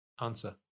Answer